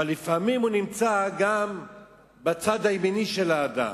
אבל לפעמים הוא נמצא גם בצד הימני של האדם.